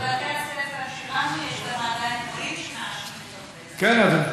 בבתי-הספר שלנו עדיין יש מורים שמעשנים בבתי-הספר,